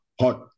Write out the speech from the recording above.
hot